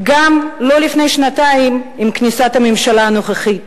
גם לא לפני שנתיים, עם כניסת הממשלה הנוכחית.